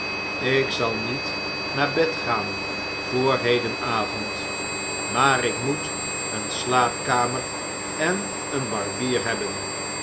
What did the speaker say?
ik zal niet naar bed gaan voor hedenavond maar ik moet eene slaapkamer en een barbier hebben